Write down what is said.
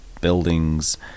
buildings